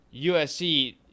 USC